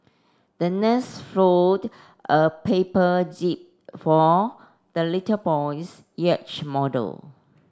the nurse fold a paper jib for the little boy's yacht model